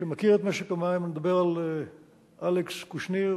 שמכיר את משק המים, ואני מדבר על אלכס קושניר.